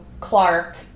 Clark